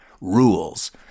rules